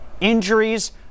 injuries